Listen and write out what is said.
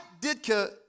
Ditka